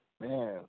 Man